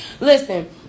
Listen